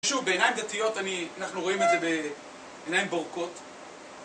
שוב בעיניים דתיות אנחנו רואים את זה בעיניים בורקות